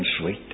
sweet